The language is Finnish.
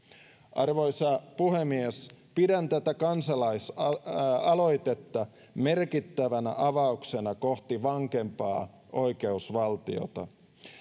arvoisa puhemies pidän tätä kansalaisaloitetta merkittävänä avauksena kohti vankempaa oikeusvaltiota